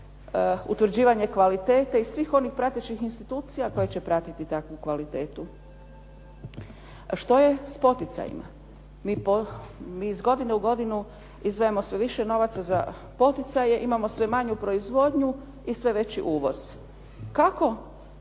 utvrđivanje kvalitete i svih onih pratećih institucija koje će pratiti takvu kvalitetu. Što je s poticajima? Mi iz godine u godinu izdvajamo sve više novaca za poticaje, imamo sve manju proizvodnju i sve veći uvoz. Kako